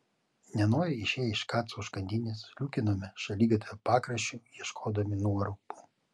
nenoriai išėję iš kaco užkandinės sliūkinome šaligatvio pakraščiu ieškodami nuorūkų